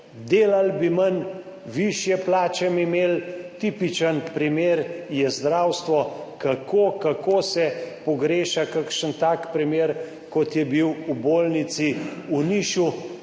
delali bi manj, višje plače imeli. Tipičen primer je zdravstvo, kako, kako se pogreša kakšen tak primer, kot je bil v bolnici v Nišu,